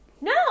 No